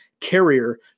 Carrier